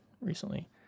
recently